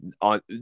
on